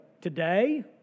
today